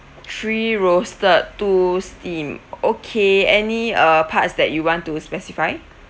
three roasted two steamed okay any uh parts that you want to specify